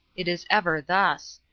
it is ever thus.